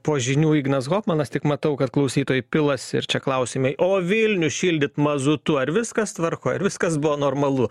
po žinių ignas hofmanas tik matau kad klausytojai pilasi ir čia klausimai o vilnių šildyt mazutu ar viskas tvarkoj ar viskas buvo normalu